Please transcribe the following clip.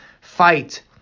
fight